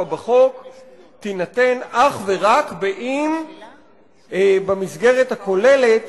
בחוק תינתן אך ורק אם במסגרת הכוללת